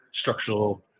structural